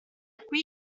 qui